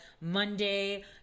Monday